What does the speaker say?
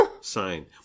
sign